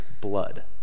blood